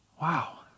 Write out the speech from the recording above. Wow